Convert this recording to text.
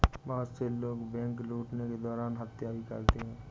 बहुत से लोग बैंक लूटने के दौरान हत्या भी करते हैं